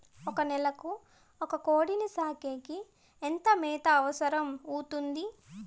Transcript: ఒక నెలకు ఒక కోడిని సాకేకి ఎంత మేత అవసరమవుతుంది?